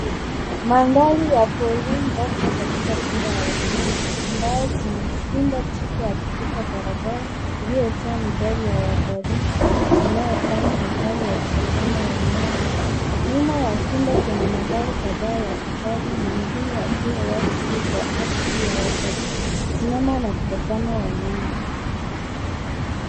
Mandhari ya porini, labda katika mbuga la wanyama ambayo kuna simba jike akivuka barabara iliyojaa magari ya watalii wanaofanya safari ya kutazama wanyama. Nyuma ya kuna magari kadhaa ya safari mengi yakiwa wazi kwa ajili ya watalii wakisimama na kutazama wanyama.